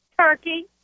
Turkey